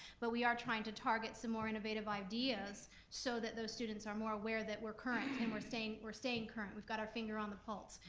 but we are trying to target some more innovative ideas so that those students are more aware that we current and we're staying we're staying current, we've got our finger on the pulse.